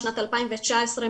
שנת 2019,